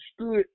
stood